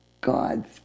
God's